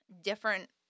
different